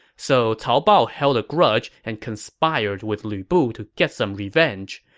so cao bao held a grudge and conspired with lu bu to get some revenge.